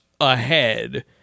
ahead